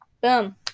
Boom